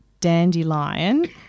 dandelion